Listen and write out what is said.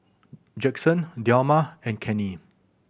Jackson Delma and Kenney